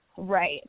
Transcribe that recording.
Right